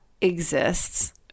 exists